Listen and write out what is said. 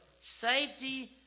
safety